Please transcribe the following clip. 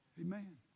Amen